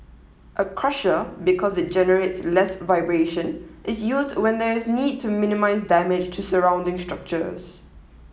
a crusher because it generates less vibration is used when there is a need to minimise damage to surrounding structures